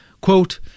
Quote